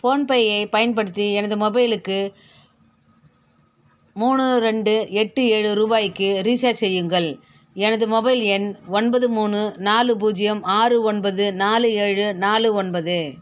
PhonePe ஐப் பயன்படுத்தி எனது மொபைலுக்கு மூணு ரெண்டு எட்டு ஏழு ரூபாய்க்கு ரீசார்ஜ் செய்யுங்கள் எனது மொபைல் எண் ஒன்பது மூணு நாலு பூஜ்ஜியம் ஆறு ஒன்பது நாலு ஏழு நாலு ஒன்பது